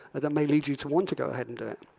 that may lead you to want to go ahead and do it.